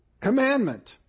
commandment